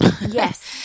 yes